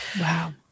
Wow